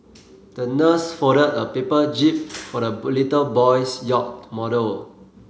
the nurse folded a paper jib for the little boy's yacht model